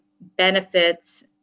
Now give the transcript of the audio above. benefits